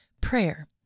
Prayer